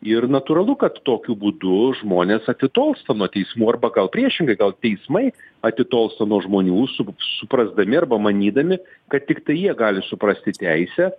ir natūralu kad tokiu būdu žmonės atitolsta nuo teismų arba gal priešingai gal teismai atitolsta nuo žmonių su suprasdami arba manydami kad tiktai jie gali suprasti teisę